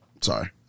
Sorry